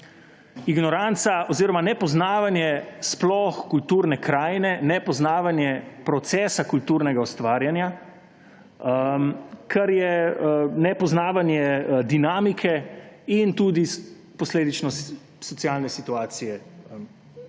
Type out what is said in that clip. Ignoranca oziroma nepoznavanje sploh kulturne krajine, nepoznavanje procesa kulturnega ustvarjanja, kar je nepoznavanje dinamike in tudi posledično socialne situacije med